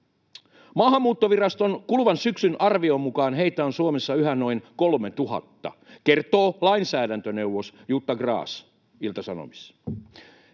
”Maahanmuuttoviraston kuluvan syksyn arvion mukaan heitä on Suomessa yhä noin 3 000, kertoo lainsäädäntöneuvos Jutta Gras. He ovat